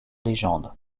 légendes